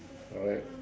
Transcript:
correct